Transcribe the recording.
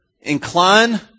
Incline